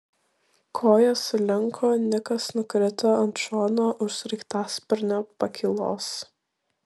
kojos sulinko nikas nukrito ant šono už sraigtasparnio pakylos